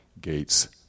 gates